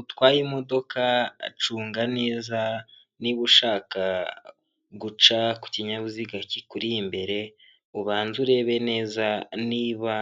Utwaye imodoka acunga neza niba ushaka guca ku kinyabiziga kikuri imbere ubanze urebe neza niba